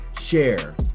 share